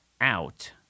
out